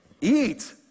Eat